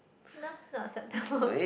no not acceptable